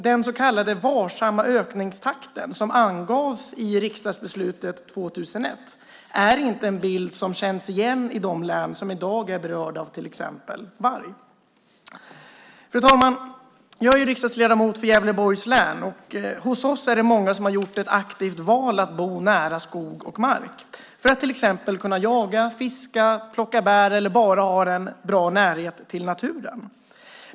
Den så kallade varsamma ökningstakten, som angavs i riksdagsbeslutet 2001, är inte en bild som känns igen i de län som i dag är berörda av till exempel varg. Fru talman! Jag är riksdagsledamot från Gävleborgs län. Hos oss är det många som har gjort ett aktivt val att bo nära skog och mark för att till exempel kunna jaga, fiska, plocka bär eller bara för att ha en närhet till naturen.